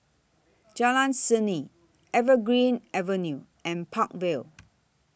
Jalan Seni Evergreen Avenue and Park Vale